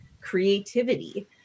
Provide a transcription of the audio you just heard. creativity